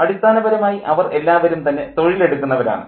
അടിസ്ഥാനപരമായി അവർ എല്ലാവരും തന്നെ തൊഴിലെടുക്കുന്നവരാണ്